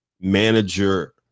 manager